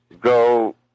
go